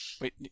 Wait